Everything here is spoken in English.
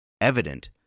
evident